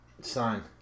Sign